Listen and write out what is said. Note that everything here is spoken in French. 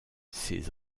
ses